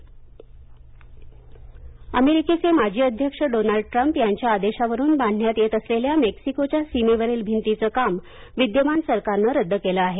Mexico अमेरिकेचे माजी अध्यक्ष डोनाल्ड ट्रम्प यांच्या आदेशावरून बांधण्यात येत असलेल्या मेक्सिकोच्या सीमेवरील भिंतीचं काम विद्यमान सरकारनं रद्द केलं आहे